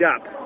up